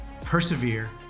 persevere